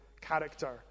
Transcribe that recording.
character